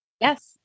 Yes